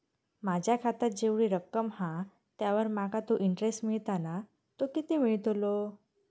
माझ्या खात्यात जेवढी रक्कम हा त्यावर माका तो इंटरेस्ट मिळता ना तो किती मिळतलो?